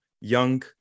young